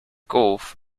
gulf